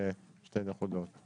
יש המון דוגמאות של ביטוח בריאות,